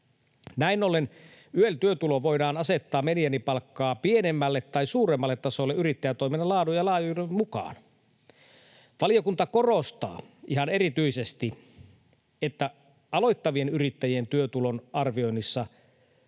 Näin ollen YEL-työtulo voidaan asettaa mediaanipalkkaa pienemmälle tai suuremmalle tasolle yrittäjätoiminnan laadun ja laajuuden mukaan. Valiokunta korostaa ihan erityisesti, että aloittavien yrittäjien työtulon arvioinnissa